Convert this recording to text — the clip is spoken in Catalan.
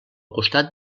costat